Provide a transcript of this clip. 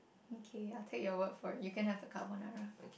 mm kay I take your word for it you can have the carbonara